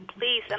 please